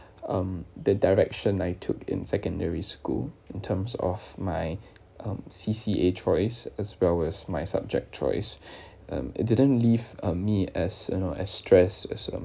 erm the direction I took in secondary school in terms of my C_C_A choice as well as my subject choice and it didn't leave uh me as you know as stressed as well